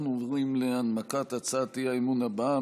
אנחנו עוברים להנמקת הצעת האי-אמון הבאה,